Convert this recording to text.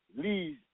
leads